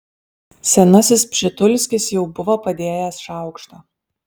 senasis pšitulskis jau buvo padėjęs šaukštą